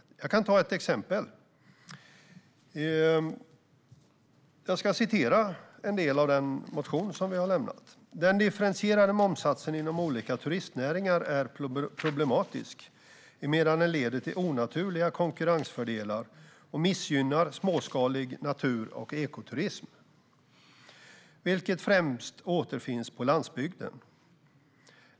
Jag kan ge ett exempel. Jag ska citera en del av den motion som vi har väckt: "Den differentierade momssatsen inom olika turistnäringar är problematisk, emedan den leder till onaturliga konkurrensfördelar och missgynnar småskalig natur och ekoturism, vilket främst återfinns på landsbygden.